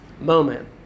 moment